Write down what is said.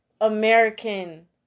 American